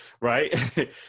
Right